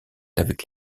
avec